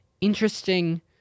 interesting